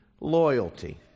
loyalty